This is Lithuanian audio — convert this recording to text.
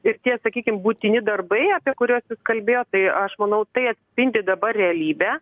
ir tie sakykime būtini darbai apie kuriuo kalbėjo tai aš manau tai atspindi dabar realybę